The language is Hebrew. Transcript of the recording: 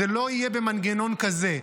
זה לא יהיה במנגנון כזה.